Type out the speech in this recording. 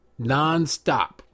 nonstop